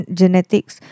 genetics